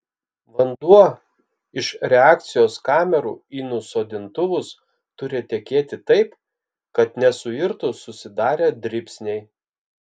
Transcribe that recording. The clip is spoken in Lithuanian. vanduo iš reakcijos kamerų į nusodintuvus turi tekėti taip kad nesuirtų susidarę dribsniai